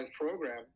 program